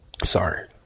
Sorry